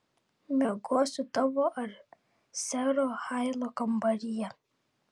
miegosiu tavo ar sero hailo kambaryje